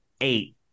eight